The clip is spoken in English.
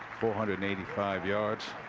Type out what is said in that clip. four hundred eighty-five yards.